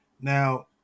Now